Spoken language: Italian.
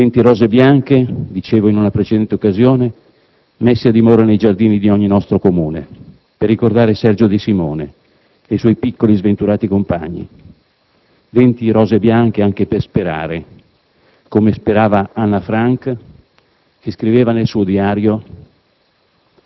venti rose bianche - dicevo in una precedente occasione - messe a dimora nei giardini di ogni Comune d'Italia per ricordare Sergio De Simone e i suoi piccoli, sventurati compagni. Venti rose bianche anche per sperare, come sperava Anna Frank che scriveva nel suo diario: